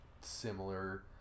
similar